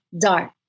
dark